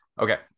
Okay